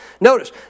Notice